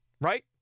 Right